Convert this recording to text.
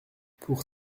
pour